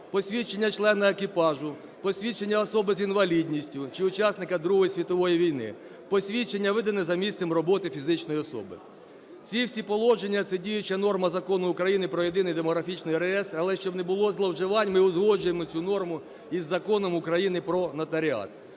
посвідчення члена екіпажу, посвідчення особи з інвалідністю чи учасника Другої світової війни, посвідчення, видане за місцем роботи фізичної особи." Ці всі положення – це діюча норма Закону України "Про Єдиний демографічний реєстр". Але щоб не було зловживань, ми узгоджуємо цю норму із Законом України "Про нотаріат".